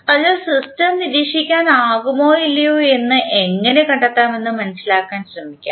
അതിനാൽ സിസ്റ്റം നിരീക്ഷിക്കാനാകുമോ ഇല്ലയോ എന്ന് എങ്ങനെ കണ്ടെത്താമെന്ന് മനസിലാക്കാൻ ശ്രമിക്കാം